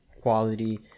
quality